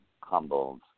humbled